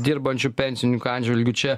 dirbančių pensininkų atžvilgiu čia